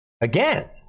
again